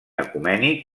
ecumènic